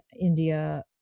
India